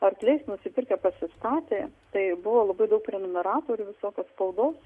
arkliais nusipirkę pasistatė tai buvo labai daug prenumeratorių visokios spaudos